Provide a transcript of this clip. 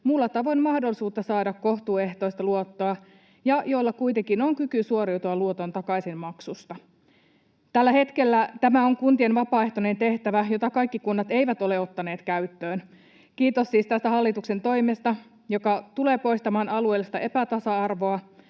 muulla tavoin mahdollisuutta saada kohtuuehtoista luottoa ja joilla kuitenkin on kyky suoriutua luoton takaisinmaksusta. Tällä hetkellä tämä on kuntien vapaaehtoinen tehtävä, jota kaikki kunnat eivät ole ottaneet käyttöön. Kiitos siis tästä hallituksen toimesta, joka tulee poistamaan alueellista epätasa-arvoa